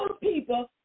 people